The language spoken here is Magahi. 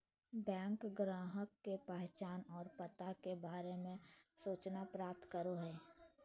बैंक ग्राहक के पहचान और पता के बारे में सूचना प्राप्त करो हइ